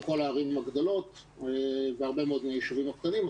כל הערים הגדולות והרבה מאוד מהישובים הקטנים,